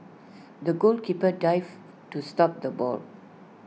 the goalkeeper dived to stop the ball